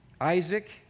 Isaac